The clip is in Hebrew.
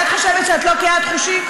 את חושבת שאת לא קהת חושים?